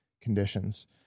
conditions